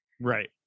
Right